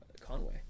Conway